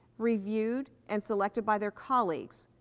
reviewed and selected by their colleagues.